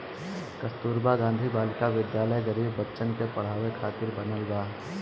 कस्तूरबा गांधी बालिका विद्यालय गरीब बच्चन के पढ़ावे खातिर बनल बा